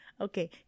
Okay